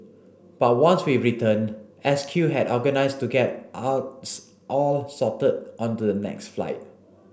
but once we returned S Q had organised to get us all sorted on the next flight